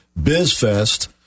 BizFest